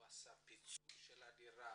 הוא עשה פיצול של הדירה?